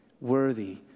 worthy